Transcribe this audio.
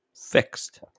fixed